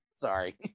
Sorry